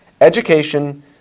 education